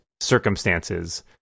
circumstances